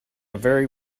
very